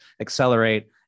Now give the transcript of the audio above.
accelerate